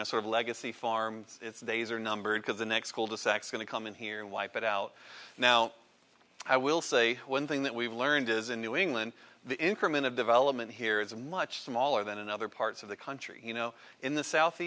this sort of legacy farm days are numbered because the next school desex going to come in here and wipe it out now i will say one thing that we've learned is in new england the increment of development here is much smaller than in other parts of the country you know in the south